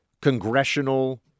congressional